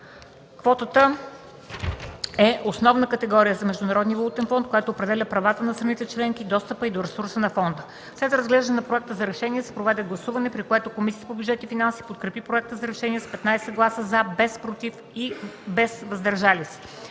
Квотата е основна категория за МВФ, която определя правата на страната членка и достъпа й до ресурсите на фонда. След разглеждане на Проекта за решение се проведе гласуване, при което Комисията по бюджет и финанси подкрепи проекта за решение с 15 гласа „за”, без „против” и „въздържали се”.